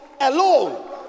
alone